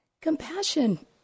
Compassion